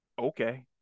Okay